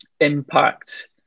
impact